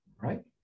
right